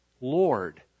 Lord